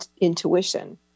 intuition